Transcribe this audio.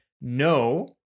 no